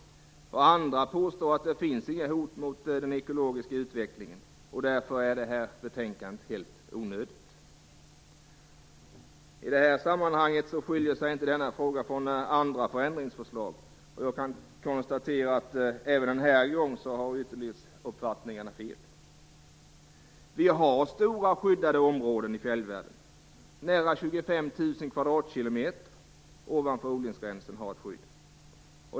Andra påstår att det inte finns några hot mot den ekologiska utvecklingen, och att detta betänkande därför är helt onödigt. I det sammanhanget skiljer sig inte denna fråga från andra förändringsförslag, och jag kan konstatera att även denna gång har ytterlighetsuppfattningarna fel. Vi har stora skyddade områden i fjällvärlden. Nära 25 000 kvadratkilometer ovanför odlingsgränsen har ett skydd.